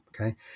okay